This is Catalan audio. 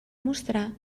mostrar